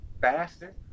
faster